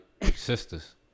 sisters